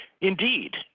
Indeed